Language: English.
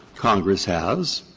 congress has,